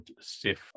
stiff